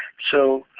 so